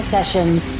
Sessions